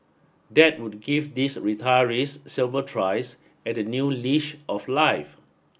that would give these retirees several tries at a new leash of life